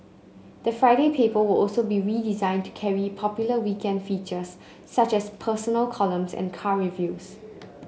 the Friday paper will also be redesigned to carry popular weekend features such as personal columns and car reviews